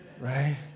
right